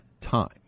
time